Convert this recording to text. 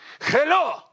Hello